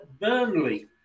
Burnley